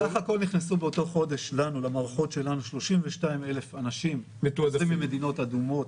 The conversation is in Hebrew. בסך הכול נכנסו באותו חודש למערכות שלנו 32,000 אנשים ממדינות אדומות,